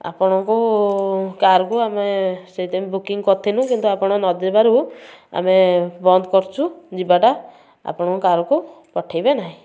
ଆପଣଙ୍କୁ କାର୍କୁ ଆମେ ସେଇଥିପାଇଁ ବୁକିଂ କରିଥିଲୁ କିନ୍ତୁ ଆପଣ ନଦେବାରୁ ଆମେ ବନ୍ଦ କରୁଛୁ ଯିବାଟା ଆପଣଙ୍କ କାର୍କୁ ପଠାଇବେ ନାହିଁ